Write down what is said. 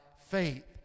faith